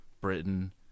Britain